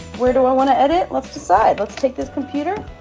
where do i wanna edit? let's decide, let's take this computer.